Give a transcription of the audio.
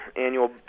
annual